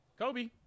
Kobe